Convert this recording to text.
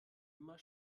immer